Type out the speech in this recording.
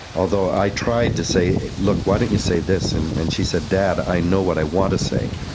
although i tried to say, look, why don't you say this? and and she said, dad, i know what i want to say.